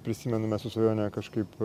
prisimenu mes su svajone kažkaip